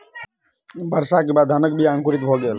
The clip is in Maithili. वर्षा के बाद धानक बीया अंकुरित भअ गेल